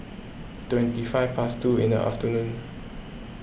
twenty five past two in the afternoon